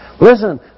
Listen